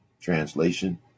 translation